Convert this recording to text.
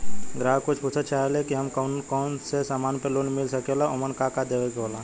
ग्राहक पुछत चाहे ले की हमे कौन कोन से समान पे लोन मील सकेला ओमन का का देवे के होला?